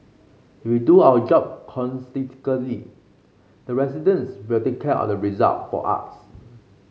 if we do our job the residents will take care of the result for us